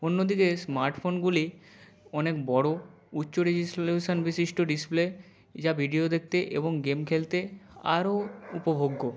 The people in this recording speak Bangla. অন্য দিকে স্মার্টফোনগুলি অনেক বড়ো উচ্চ রেজোসলিউশন বিশিষ্ট ডিসপ্লে যা ভিডিও দেখতে এবং গেম খেলতে আরও উপভোগ্য